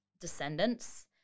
descendants